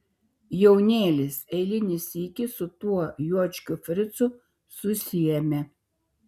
jaunėlis eilinį sykį su tuo juočkiu fricu susiėmė